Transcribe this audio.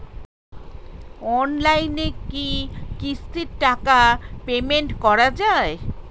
অনলাইনে কি কিস্তির টাকা পেমেন্ট করা যায়?